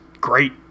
great